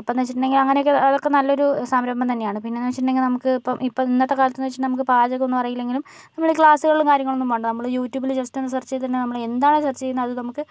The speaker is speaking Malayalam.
അപ്പോഴെന്നു വെച്ചിട്ടുണ്ടെങ്കിൽ അങ്ങനെയൊക്കെ അതൊക്കെ നല്ലൊരു സംരംഭം തന്നെയാണ് പിന്നെയെന്നു വെച്ചിട്ടുണ്ടെങ്കിൽ നമുക്ക് ഇപ്പോൾ ഇന്നത്തെ കാലത്തെന്നു വെച്ചിട്ടുണ്ടെങ്കിൽ നമുക്ക് പാചകം ഒന്നും അറിയില്ലെങ്കിലും നമ്മൾ ക്ലാസ്സുകളും കാര്യങ്ങളും ഒന്നും പോവണ്ട നമ്മൾ യൂട്യൂബിൽ ജസ്റ്റ് ഒന്ന് സെർച്ച് ചെയ്തെങ്കിൽ നമ്മൾ എന്താ സെർച്ച് ചെയ്യുന്നത് അത് നമ്മൾക്ക്